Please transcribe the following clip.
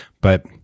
But-